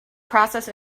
process